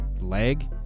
leg